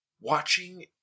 watching